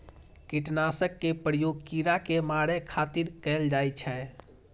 कीटनाशक के प्रयोग कीड़ा कें मारै खातिर कैल जाइ छै